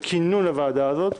בכינון הוועדה הזאת.